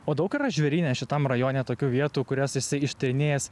o daug yra žvėryne šitam rajone tokių vietų kurias esi ištyrinėjęs